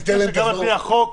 לפי החוק,